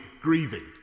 grieving